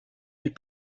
huit